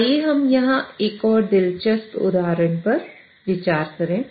आइए हम यहां एक और दिलचस्प उदाहरण पर विचार करें